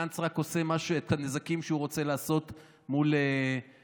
גנץ רק עושה את הנזקים שהוא רוצה לעשות מול אבו